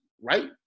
right